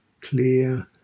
clear